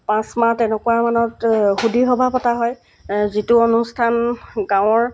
পাঁচমাহ এনেকুৱামানত সুদি সভা পতা হয় যিটো অনুষ্ঠান গাঁৱৰ